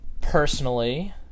personally